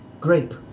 Grape